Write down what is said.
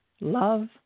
love